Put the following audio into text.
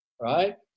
Right